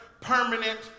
permanent